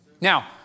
Now